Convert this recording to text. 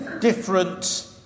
different